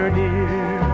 dear